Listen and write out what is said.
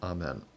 Amen